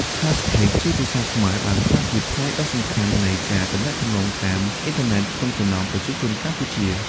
Hashtags ជាភាសាខ្មែរបានក្លាយជាផ្នែកដ៏សំខាន់នៃការទំនាក់ទំនងតាមអ៊ីនធឺណិតក្នុងចំណោមប្រជាជនកម្ពុជា។